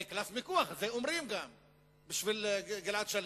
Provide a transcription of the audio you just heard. כקלף מיקוח ואומרים גם: בשביל גלעד שליט,